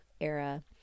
era